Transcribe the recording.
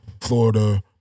Florida